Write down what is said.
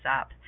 up